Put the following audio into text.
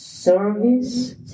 service